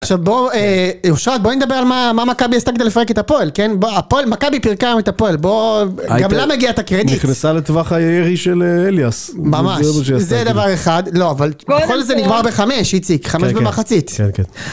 עכשיו בואו אושרת בואי נדבר על מה מכבי עשתה כדי לפרק את הפועל כן בוא מכבי פרקה היום את הפועל בואו גם לה מגיע את הקרדיט נכנסה לטווח הירי של אליאס ממש זה דבר אחד לא אבל בכל זה נגמר בחמש איציק חמש במחצית.